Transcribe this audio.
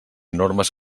normes